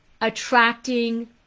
attracting